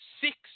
six